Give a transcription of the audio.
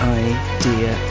idea